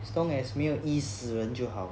as long as 没有医死人就好